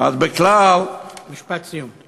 משפט סיום.